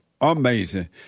amazing